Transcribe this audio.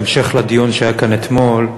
בהמשך לדיון שהיה כאן אתמול,